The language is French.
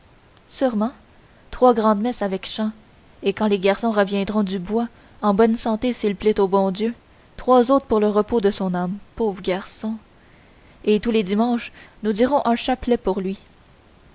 sûrement trois grand messes avec chant et quand les garçons reviendront du bois en bonne santé s'il plaît au bon dieu trois autres pour le repos de son âme pauvre garçon et tous les dimanches nous dirons un chapelet pour lui